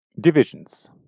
Divisions